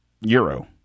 euro